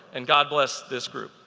and god bless this group.